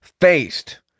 faced